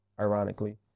ironically